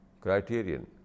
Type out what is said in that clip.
criterion